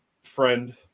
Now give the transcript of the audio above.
friend